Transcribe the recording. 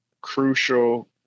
crucial